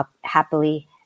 happily